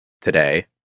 today